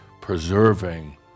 preserving